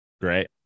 Great